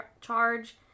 charge